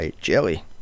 jelly